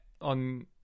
on